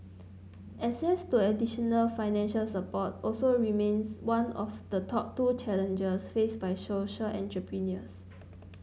access to additional financial support also remains one of the top two challenges faced by social entrepreneurs